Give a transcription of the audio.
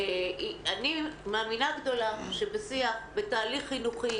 אני מאמינה גדולה שבשיח, בתהליך חינוכי